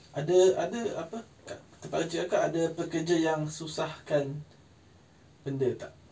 ada ada apa kak kerja kak ada pekerja yang susahkan benda tak